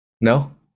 No